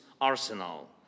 arsenal